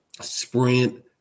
sprint